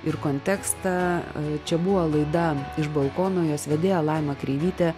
ir kontekstą čia buvo laida iš balkono jos vedėja laima kreivytė